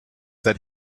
that